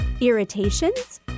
Irritations